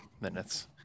minutes